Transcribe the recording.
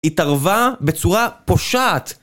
התערבה בצורה פושעת.